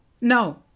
No